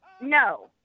no